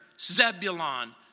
Zebulon